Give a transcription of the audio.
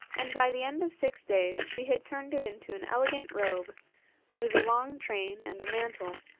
and by the end of six days she had turned it into an elegant robe with a long train and a mantle.